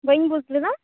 ᱵᱟ ᱧ ᱵᱩᱡᱷ ᱞᱮᱫᱟ